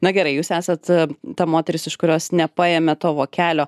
na gerai jūs esat ta moteris iš kurios nepaėmė to vokelio